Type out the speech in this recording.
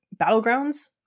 Battlegrounds